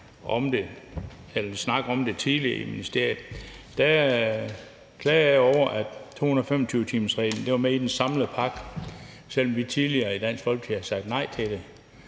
om det tidligere i ministeriet, klagede jeg over, at suspensionen af 225-timersreglen var med i den samlede pakke, selv om vi tidligere i Dansk Folkeparti havde sagt nej til det.